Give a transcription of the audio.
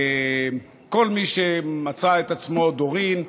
כל מי שמצא את עצמו, דורין,